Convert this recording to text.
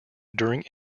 during